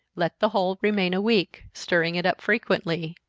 let the whole remain a week, stirring it up frequently,